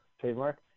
trademark